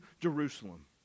Jerusalem